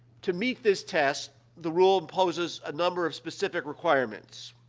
to meet this test, the rule imposes a number of specific requirements.